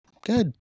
Good